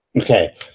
Okay